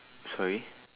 sorry